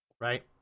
right